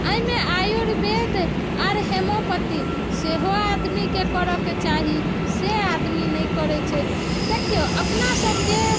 एहिमे आयुर्वेद आर हेमोपेथी सेहो आदमीके करऽ के चाही से आदमी नहि करैत छै देखिऔ अपना सबके